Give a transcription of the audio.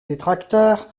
détracteurs